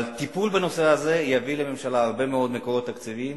אבל טיפול בנושא הזה יביא לממשלה הרבה מאוד מקורות תקציביים,